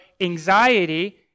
anxiety